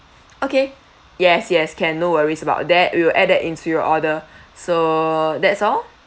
okay yes yes can no worries about that we will add that into your order so that's all